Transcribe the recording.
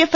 F